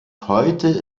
heute